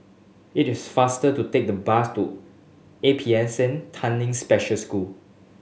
it is faster to take the bus to A P S N Tanglin Special School